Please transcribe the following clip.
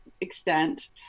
extent